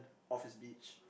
of his beach